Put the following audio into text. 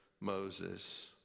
Moses